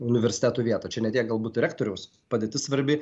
universitetų vietą čia ne tiek galbūt rektoriaus padėtis svarbi